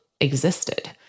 existed